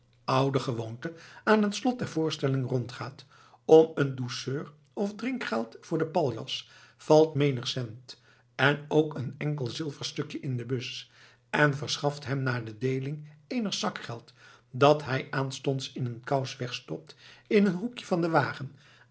ouder gewoonte aan het slot der voorstelling rondgaat om een douceur of drinkgeld voor den paljas valt menig cent en ook een enkel zilverstukje in de bus en verschaft hem na de deeling eenig zakgeld dat hij aanstonds in een kous wegstopt in een hoekje van den wagen